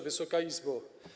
Wysoka Izbo!